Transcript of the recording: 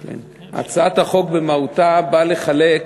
הצעת החוק במהותה באה לחלק,